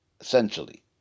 essentially